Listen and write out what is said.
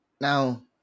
now